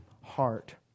heart